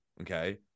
Okay